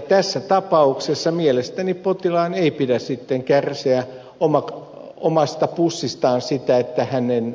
tässä tapauksessa mielestäni potilaan ei pidä kärsiä omasta pussistaan siitä että hänen